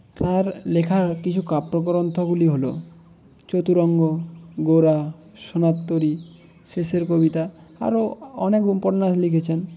তার লেখার কিছু কাব্যগ্রন্থগুলি হলো চতুরঙ্গ গোরা সোনার তরী শেষের কবিতা আরও অনেক উপন্যাস লিখেছেন